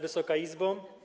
Wysoka Izbo!